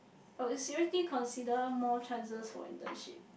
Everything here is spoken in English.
I'll seriously consider more chances for internship